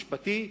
משפטי,